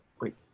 Wait